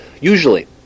Usually